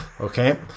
Okay